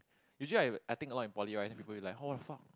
usually I I think a lot in poly right people will be like what the fuck